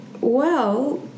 Well